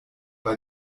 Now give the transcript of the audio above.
bei